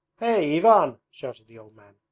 hey, ivan shouted the old man.